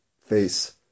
face